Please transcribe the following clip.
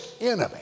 enemy